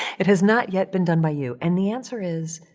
it has not yet been done by you. and the answer is,